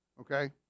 okay